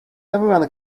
everyone